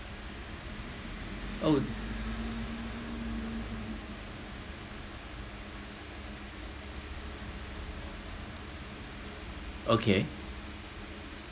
oh okay